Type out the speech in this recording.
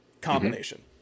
combination